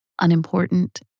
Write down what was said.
unimportant